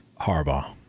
Harbaugh